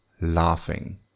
laughing